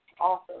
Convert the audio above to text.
Awesome